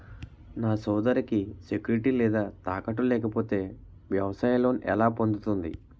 నా సోదరికి సెక్యూరిటీ లేదా తాకట్టు లేకపోతే వ్యవసాయ లోన్ ఎలా పొందుతుంది?